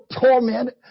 torment